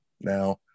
now